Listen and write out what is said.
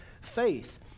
faith